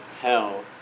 hell